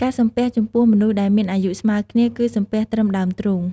ការសំពះ ចំពោះមនុស្សដែលមានអាយុស្មើគ្នា គឹសំពះត្រឹមដើមទ្រូង។